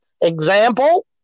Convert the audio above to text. example